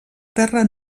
terra